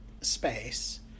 space